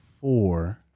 four